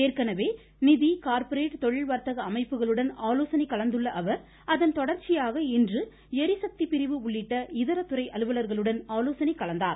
ஏற்கனவே நிதி கார்பரேட் தொழில் வர்த்தக அமைப்புகளுடன் ஆலோசனை கலந்துள்ள அவர் அதன் தொடர்ச்சியாக இன்று எரிசக்தி பிரிவு உள்ளிட்ட இதர துறை அலுவலர்களுடன் ஆலோசனை கலந்தார்